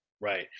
right